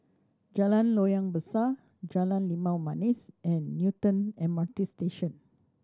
Jalan Loyang Besar Jalan Limau Manis and Newton M R T Station